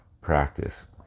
practice